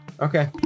Okay